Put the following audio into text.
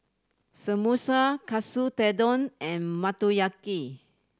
Samosa Katsu Tendon and Motoyaki